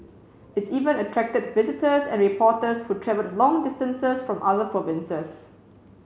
it even attracted visitors and reporters who travelled long distances from other provinces